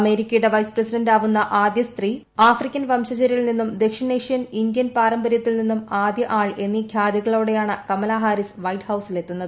അമേരിക്കയുടെ വൈസ് പ്രസിഡന്റാവുന്ന ആദ്യ സ്ത്രീ ആഫ്രിക്കൻ വംശജരിൽ നിന്നും ദക്ഷിണേഷ്യൻ ഇന്ത്യൻ പാരമ്പരൃത്തിൽ നിന്നും ആദൃ ആൾ എന്നീ ഖ്യാതികളോടെയാണ് കമല ഹാരിസ് വൈറ്റ്ഹൌസിലെത്തുന്നത്